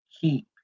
keep